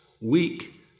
weak